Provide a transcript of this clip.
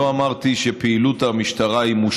אני לא אמרתי שאין שיטור יתר.